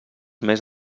més